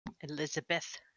Elizabeth